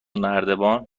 نردبان